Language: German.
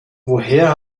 woher